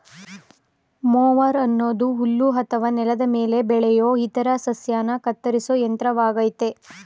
mower ಅನ್ನೋದು ಹುಲ್ಲು ಅಥವಾ ನೆಲದ ಮೇಲೆ ಬೆಳೆಯೋ ಇತರ ಸಸ್ಯನ ಕತ್ತರಿಸೋ ಯಂತ್ರವಾಗಯ್ತೆ